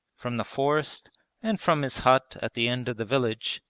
from the forest and from his hut at the end of the village,